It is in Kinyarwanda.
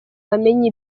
bamenya